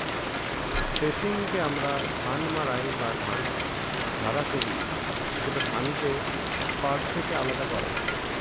থ্রেশিংকে আমরা ধান মাড়াই বা ধান ঝাড়া কহি, যেটা ধানকে খড় থেকে আলাদা করে